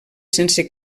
sense